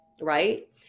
right